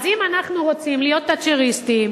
אז אם אנחנו רוצים להיות תאצ'ריסטים,